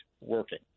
working